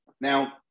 Now